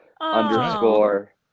underscore